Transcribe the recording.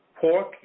pork